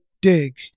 dig